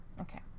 Okay